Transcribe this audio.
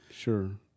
Sure